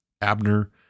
Abner